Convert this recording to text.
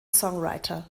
songwriter